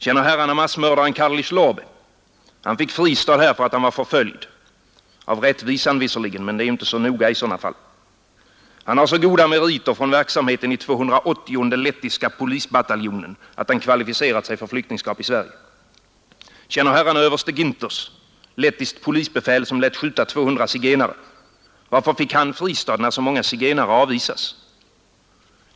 Känner herrarna massmördaren Karlis Lobe? Han fick fristad här för att han var förföljd — av rättvisan visserligen, men det är ju inte så noga i sådana fall. Han har så goda meriter från verksamheten i 280:e lettiska polisbataljonen att han kvalificerat sig för flyktingskap i Sverige. Känner herrarna överste Ginters, lettiskt polisbefäl som lät skjuta 200 zigenare? Varför fick han fristad, när så många zigenare avvisas?